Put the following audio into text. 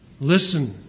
Listen